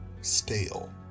Stale